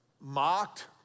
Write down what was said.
mocked